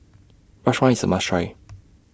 Rajma IS A must Try